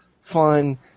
fun